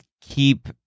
keep